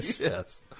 yes